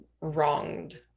wronged